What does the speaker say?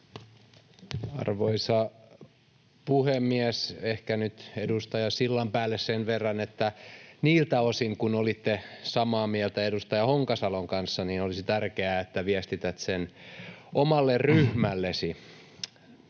Arvoisa puhemies! Ehkä nyt edustaja Sillanpäälle sen verran, että niiltä osin kuin olit samaa mieltä edustaja Honkasalon kanssa, olisi tärkeää, että viestität sen omalle ryhmällesi.